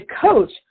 coach